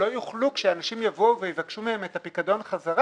כשאנשים יבואו ויבקשו מהם את הפיקדון בחזרה,